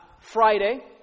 Friday